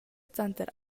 tanter